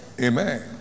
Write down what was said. Amen